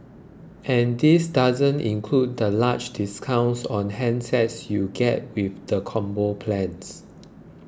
and this doesn't include the large discounts on handsets you get with the Combo plans